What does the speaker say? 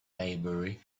maybury